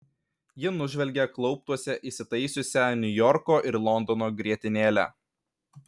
ji nužvelgė klauptuose įsitaisiusią niujorko ir londono grietinėlę